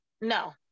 no